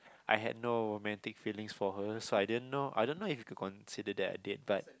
I had no romantic feelings for her so I didn't know I don't know if you could consider it a date but